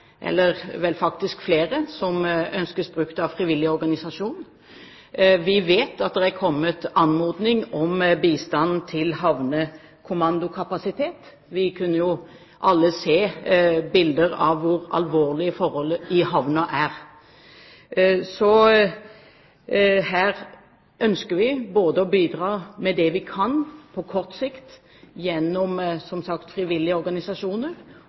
ønskes brukt av frivillige organisasjoner. Vi vet at det har kommet anmodning om bistand til havnekommandokapasitet. Vi kunne jo alle se bilder av hvor alvorlig forholdet i havnen er. Så her ønsker vi å bidra med det vi kan på kort sikt gjennom – som sagt – frivillige organisasjoner,